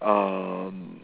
um